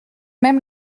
même